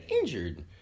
injured